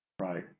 Right